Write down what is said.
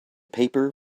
paper